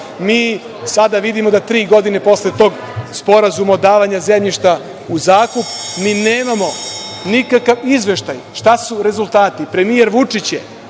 Mi sada vidimo da tri godine posle tog sporazuma davanja zemljišta u zakup, mi nemamo nikakav izveštaj - šta su rezultati. Premijer Vučić je